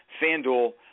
FanDuel